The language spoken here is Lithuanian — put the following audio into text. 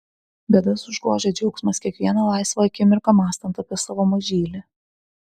bėdas užgožia džiaugsmas kiekvieną laisvą akimirką mąstant apie savo mažylį